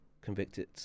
convicted